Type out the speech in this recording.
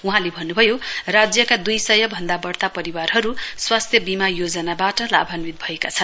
वहाँले भन्नुभयो राज्यका दुइसय भन्दा बढ़ता परिवारहरू स्वास्थ्य बीमा योजनाबाट लाभान्वित भएका छन्